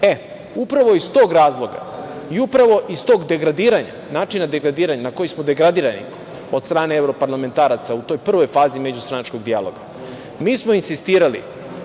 stranu. Upravo iz tog razloga, i upravo iz tog degradiranja, načina na koji smo degradirani od strane evro parlamentaraca u toj prvoj fazi međustranačkog dijaloga mi smo insistirali